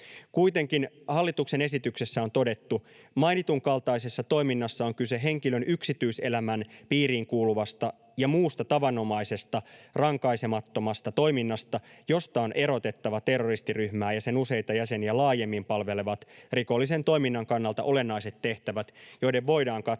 Kuitenkin hallituksen esityksessä on todettu: ”Mainitun kaltaisessa toiminnassa on kyse henkilön yksityiselämän piiriin kuuluvasta ja muusta tavanomaisesta rankaisemattomasta toiminnasta, josta on erotettava terroristiryhmää ja sen useita jäseniä laajemmin palvelevat rikollisen toiminnan kannalta olennaiset tehtävät, joiden voidaan katsoa